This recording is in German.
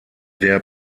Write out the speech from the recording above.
der